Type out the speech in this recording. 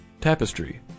Tapestry